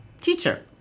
teacher